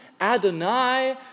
Adonai